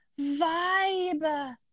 vibe